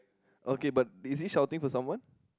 okay but is he shouting for someone